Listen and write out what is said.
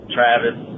Travis